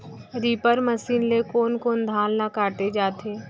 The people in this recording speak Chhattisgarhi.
रीपर मशीन ले कोन कोन धान ल काटे जाथे?